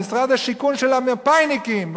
במשרד השיכון של המפא"יניקים,